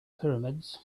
pyramids